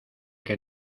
que